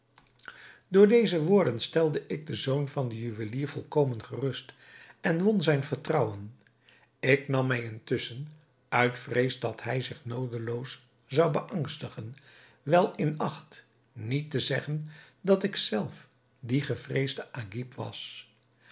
door deze woorden stelde ik den zoon van den juwelier volkomen gerust en won zijn vertrouwen ik nam mij intusschen uit vrees dat hij zich noodeloos zou beangstigen wel in acht niet te zeggen dat ik zelf die gevreesde agib was